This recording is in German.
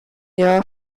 jahr